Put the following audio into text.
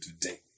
today